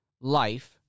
life